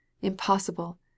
Impossible